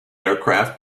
aircraft